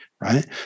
right